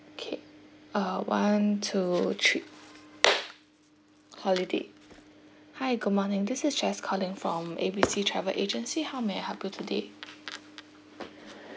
okay uh one two three holiday hi good morning this is jess calling from A B C travel agency how may I help you today